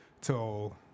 till